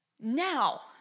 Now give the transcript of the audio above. Now